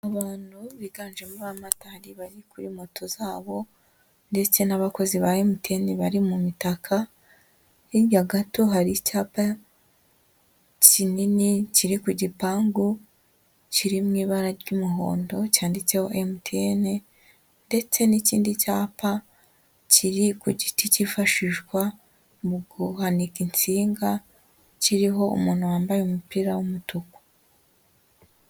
Abantu biganjemo abamotari bari kuri moto zabo ndetse n'abakozi ba MTN bari mu mitaka, hirya gato hari icyapa kinini kiri ku gipangu kiri mu ibara ry'umuhondo cyanditseho MTN ndetse n'ikindi cyapa kiri ku giti kifashishwa mu guhanika inshinga, kiriho umuntu wambaye umupira w'umutuku.